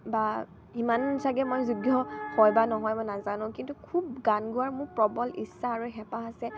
বা সিমান চাগে মই যোগ্য হয় বা নহয় মই নাজানো কিন্তু খুব গান গোৱাৰ মোৰ প্ৰবল ইচ্ছা আৰু হেঁপাহ আছে